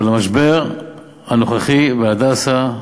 אבל המשבר הנוכחי ב"הדסה",